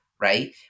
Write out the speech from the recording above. right